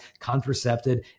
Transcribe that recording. contracepted